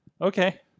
Okay